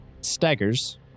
staggers